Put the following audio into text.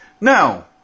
Now